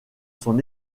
son